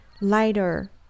lighter